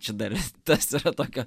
čia dar i tas yra tokio